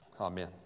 Amen